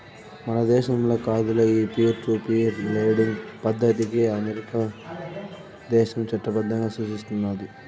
మన దేశంల కాదులే, ఈ పీర్ టు పీర్ లెండింగ్ పద్దతికి అమెరికా దేశం చట్టబద్దంగా సూస్తున్నాది